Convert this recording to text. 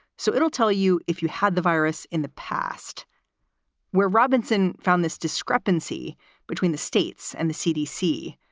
so it'll tell you if you had the virus in the past where robinson found this discrepancy between the states and the cdc.